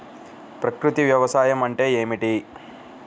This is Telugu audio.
ప్రకృతి వ్యవసాయం అంటే ఏమిటి?